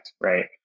right